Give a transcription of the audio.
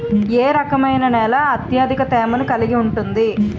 ఏ రకమైన నేల అత్యధిక తేమను కలిగి ఉంటుంది?